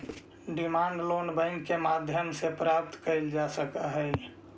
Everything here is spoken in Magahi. डिमांड लोन बैंक के माध्यम से प्राप्त कैल जा सकऽ हइ